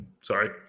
sorry